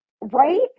Right